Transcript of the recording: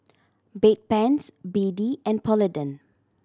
Bedpans B D and Polident